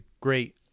great